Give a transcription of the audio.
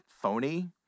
phony